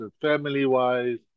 family-wise